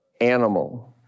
animal